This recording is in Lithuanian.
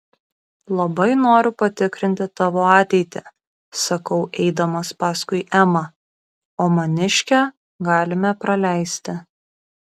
labai noriu patikrinti tavo ateitį sakau eidamas paskui emą o maniškę galime praleisti